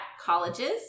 colleges